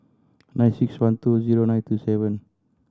nine six one two zero nine two seven